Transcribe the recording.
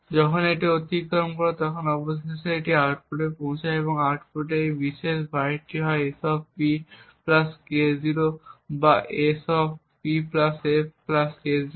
যখন এটি অতিক্রম করে এবং অবশেষে আউটপুটে পৌঁছায় আউটপুটের এই বিশেষ বাইটটি হয় SP K0 বা SP f K0